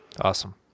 Awesome